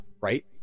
right